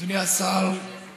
מקדם היא התוכנית לשיפור